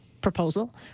proposal